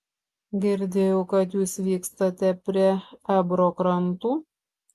girdėjau kad jūs vykstate prie ebro krantų